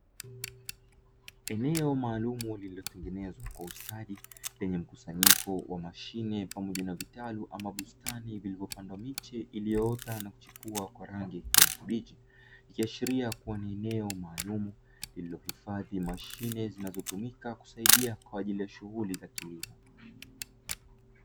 Eneo maalumu lililotengenezwa kwa ustadi, lenye mkusanyiko wa mashine pamoja na vitalu ama bustani vilivyopanda miche iliyoota na kuchipua kwa rangi ya kijani kibichi. Ikiashiria kuwa ni eneo maalumu lililohifadhi mashine zinazotumika kusaidia kwa ajili ya shughuli za kilimo.